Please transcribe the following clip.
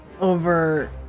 over